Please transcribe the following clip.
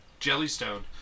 Jellystone